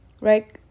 Right